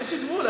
יש גבול.